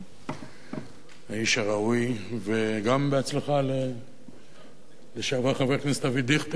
האיש הראוי, וגם בהצלחה לחבר הכנסת לשעבר